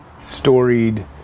storied